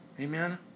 Amen